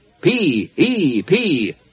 P-E-P